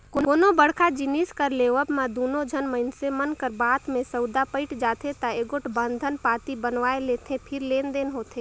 कोनो बड़का जिनिस कर लेवब म दूनो झन मइनसे मन कर बात में सउदा पइट जाथे ता एगोट बंधन पाती बनवाए लेथें फेर लेन देन होथे